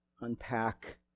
unpack